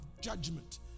judgment